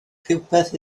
rywbeth